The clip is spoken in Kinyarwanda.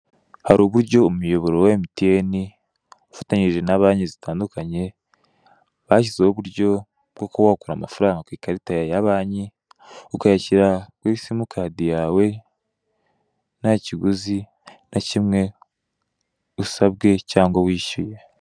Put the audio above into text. Hari uburyo umuyoboro wa MTN ufatanyije na banki zitandukanye bashyizeho uburyo bwo kuba wakura amafaranga kwikarita yawe ya banki ukayashyira kuri simukadi yawe ntakiguzi nakimwe usabwe cyangwa wishyuye.